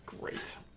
great